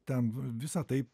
ten visa tai